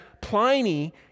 Pliny